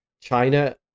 China